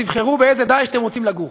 תבחרו באיזה "דאעש" אתם רוצים לגור: